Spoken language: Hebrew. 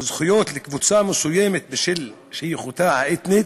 זכויות לקבוצה מסוימת בשל שייכותה האתנית,